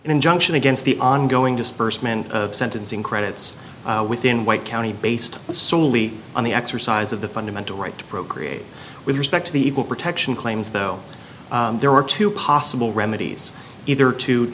an injunction against the ongoing disbursement of sentencing credits within white county based solely on the exercise of the fundamental right to procreate with respect to the equal protection claims though there are two possible remedies either to